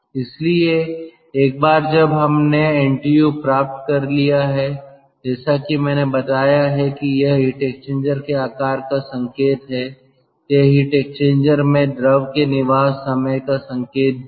इसलिए एक बार जब हमने एनटीयू प्राप्त कर लिया है जैसा कि मैंने बताया है कि यह हीट एक्सचेंजर के आकार का संकेत है यह हीट एक्सचेंजर में द्रव के निवास समय का संकेत भी है